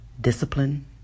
discipline